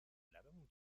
لبمون